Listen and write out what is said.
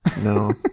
No